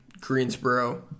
Greensboro